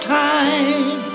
time